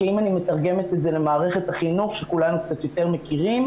אם אני מתרגמת את זה למערכת החינוך שכולנו קצת יותר מכירים,